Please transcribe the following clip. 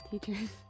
Teachers